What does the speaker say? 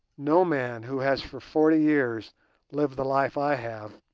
no man who has for forty years lived the life i have,